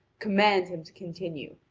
command him to continue,